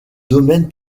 domaine